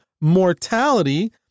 mortality